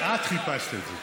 את חיפשת את זה.